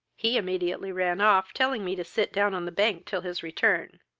he immediately ran off, telling me to sit down on the bank till his return.